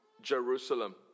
Jerusalem